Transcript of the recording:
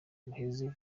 guheze